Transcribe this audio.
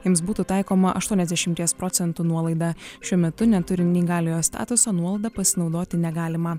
jiems būtų taikoma aštuoniasdešimties procentų nuolaida šiuo metu neturint neįgaliojo statusą nuolaida pasinaudoti negalima